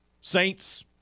Saints